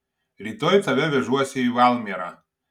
rytoj tave vežuosi į valmierą